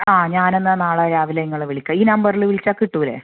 ആ ഞാനെന്നാൽ നാളെ രാവിലെ നിങ്ങളെ വിളിക്കാം ഈ നമ്പറിൽ വിളിച്ചാൽ കിട്ടുകയില്ലേ